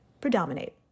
predominate